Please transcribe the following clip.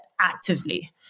actively